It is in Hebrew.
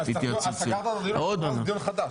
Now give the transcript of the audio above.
אז אם סגרת את הדיון זה יהיה דיון חדש.